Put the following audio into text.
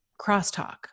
crosstalk